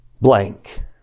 blank